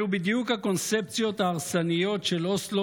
אלו בדיוק הקונספציות ההרסניות של אוסלו